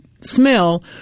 smell